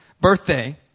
birthday